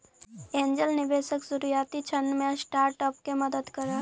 angel निवेशक शुरुआती क्षण में स्टार्टअप के मदद करऽ हइ